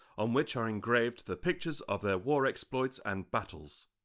on which are engraved the pictures of their war exploits and battles.